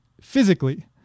physically